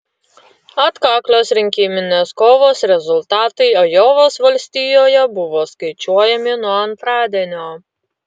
atkaklios rinkiminės kovos rezultatai ajovos valstijoje buvo skaičiuojami nuo antradienio